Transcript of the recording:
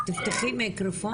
תפתחי מיקרופון.